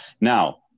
Now